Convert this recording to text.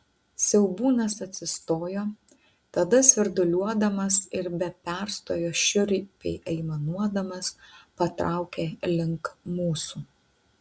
siaubūnas atsistojo tada svirduliuodamas ir be perstojo šiurpiai aimanuodamas patraukė link mūsų